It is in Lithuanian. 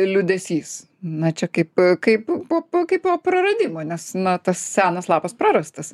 liūdesys na čia kaip kaip po po kaip po praradimo nes na tas senas lapas prarastas